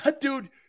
Dude